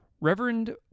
Reverend